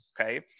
okay